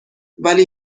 ولی